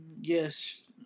Yes